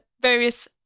various